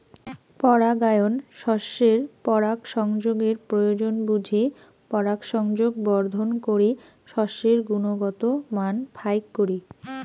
পরাগায়ন শস্যের পরাগসংযোগের প্রয়োজন বুঝি পরাগসংযোগ বর্ধন করি শস্যের গুণগত মান ফাইক করি